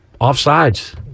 offsides